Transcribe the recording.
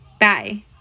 Bye